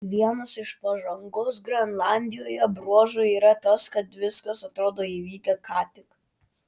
vienas iš pažangos grenlandijoje bruožų yra tas kad viskas atrodo įvykę ką tik